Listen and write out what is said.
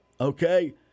okay